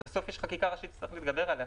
ובסוף יש חקיקה ראשית שצריך להתגבר עליה.